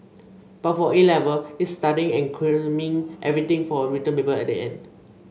but for A Level it's studying and cramming everything for a written paper at the end